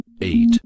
eight